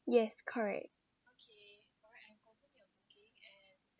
yes correct